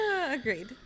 Agreed